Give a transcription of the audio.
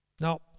Now